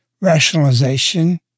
Rationalization